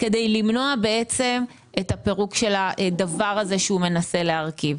כדי למנוע את הפירוק של הדבר הזה שהוא מנסה להרכיב.